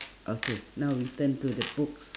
okay now we turn to the books